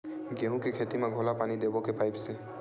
गेहूं के खेती म घोला पानी देबो के पाइप से?